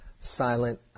silent